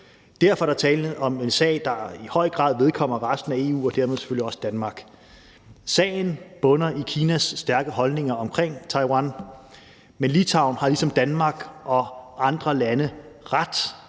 Derfor er der tale om en sag, der i høj grad vedkommer resten af EU og dermed selvfølgelig også Danmark. Sagen bunder i Kinas stærke holdninger omkring Taiwan, men Litauen har ligesom Danmark og andre lande ret